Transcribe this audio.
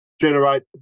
generate